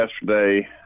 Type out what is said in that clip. yesterday